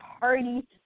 party